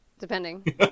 Depending